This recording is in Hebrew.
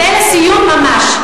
זה לסיום ממש.